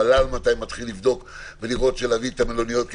מתי המל"ל מתחיל לבדוק ולראות ולהביא את המלוניות?